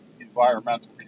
environmental